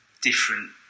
different